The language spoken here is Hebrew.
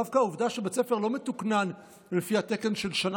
דווקא העובדה שבית ספר לא מתוקנן לפי התקן של השנה